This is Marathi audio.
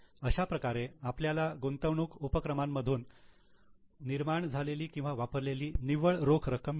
अशा प्रकारे आपल्याला गुंतवणूक उपक्रमांमधून निर्माण झालेली किंवा वापरलेली निव्वळ रोख रक्कम मिळते